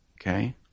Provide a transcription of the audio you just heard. Okay